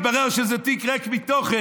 התברר שזה תיק ריק מתוכן,